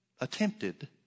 attempted